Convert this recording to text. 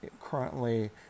currently